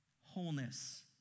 wholeness